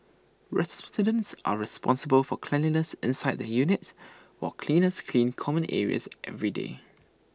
residents are responsible for cleanliness inside their units while cleaners clean common areas every day